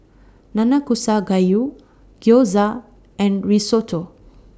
Nanakusa Gayu Gyoza and Risotto